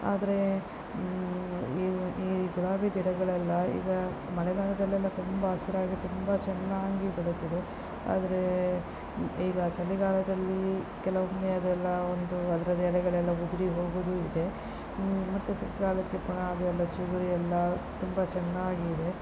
ಆದರೆ ಈ ಈ ಗುಲಾಬಿ ಗಿಡಗಳೆಲ್ಲ ಈಗ ಮಳೆಗಾಲದಲ್ಲೆಲ್ಲ ತುಂಬ ಹಸಿರಾಗಿ ತುಂಬ ಚೆನ್ನಾಗಿ ಬೆಳೀತದೆ ಆದರೆ ಈಗ ಚಳಿಗಾಲದಲ್ಲಿ ಕೆಲವೊಮ್ಮೆ ಅದೆಲ್ಲ ಒಂದು ಅದರ ಎಲೆಗಳೆಲ್ಲ ಉದುರಿ ಹೋಗುವುದು ಇದೆ ಮತ್ತು ಸೆಕೆಗಾಲಕ್ಕೆ ಪುನಃ ಅದೆಲ್ಲ ಚಿಗುರಿ ಎಲ್ಲ ತುಂಬ ಚೆನ್ನಾಗಿದೆ